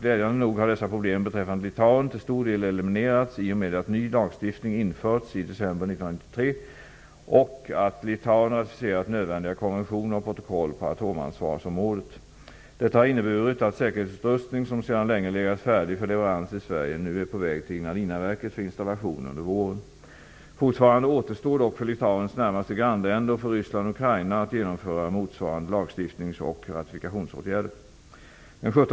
Glädjande nog har dessa problem beträffande Litauen till stor del eliminerats i och med att ny lagstiftning införts i december 1993 och genom att Litauen ratificerat nödvändiga konventioner och protokoll på atomansvarsområdet. Detta har inneburit att säkerhetsutrustning som sedan länge legat färdig för leverans i Sverige nu är på väg till Ignalinaverket för installation under våren. Fortfarande återstor dock för Litauens närmaste grannländer, Ryssland och Ukraina, att genomföra motsvarande lagstiftnings och ratifikationsåtgärder.